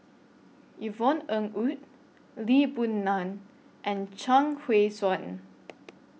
Yvonne Ng Uhde Lee Boon Ngan and Chuang Hui Tsuan